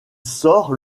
sort